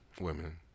women